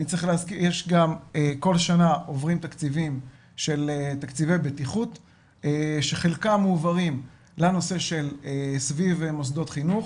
כל שנה עוברים תקציבי בטיחות שחלקם מועברים לנושא של סביב מוסדות חינוך,